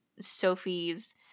sophie's